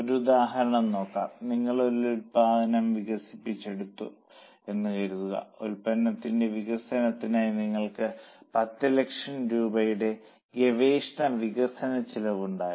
ഒരു ഉദാഹരണം നോക്കാം നിങ്ങൾ ഒരു ഉൽപ്പന്നം വികസിപ്പിച്ചെടുത്തു എന്ന് കരുതുക ഉൽപ്പന്നത്തിന്റെ വികസനത്തിനായി നിങ്ങൾക്ക് 10 ലക്ഷം രൂപയുടെ ഗവേഷണ വികസന ചെലവ് ഉണ്ടായി